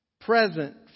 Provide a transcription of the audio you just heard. Present